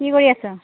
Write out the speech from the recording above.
কি কৰি আছ